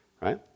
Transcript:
right